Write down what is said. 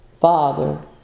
Father